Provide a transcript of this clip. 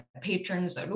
patrons